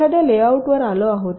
एखाद्या लेआउटवर आलो आहोत